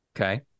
Okay